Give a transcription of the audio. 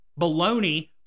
baloney